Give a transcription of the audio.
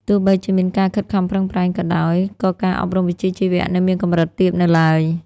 ទោះបីជាមានការខិតខំប្រឹងប្រែងក៏ដោយ ក៏ការអប់រំវិជ្ជាជីវៈនៅមានកម្រិតទាបនៅឡើយ។